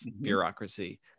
bureaucracy